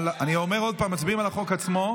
אני אומר עוד פעם: מצביעים על החוק עצמו,